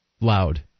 loud